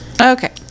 Okay